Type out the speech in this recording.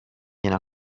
viene